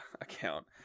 account